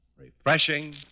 Refreshing